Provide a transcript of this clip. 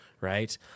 right